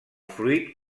fruit